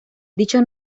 dicho